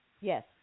Yes